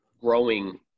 growing